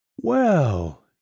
Well